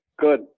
good